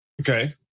Okay